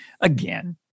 again